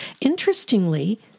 interestingly